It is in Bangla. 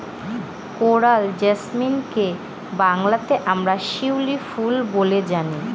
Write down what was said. কোরাল জেসমিনকে বাংলাতে আমরা শিউলি ফুল বলে জানি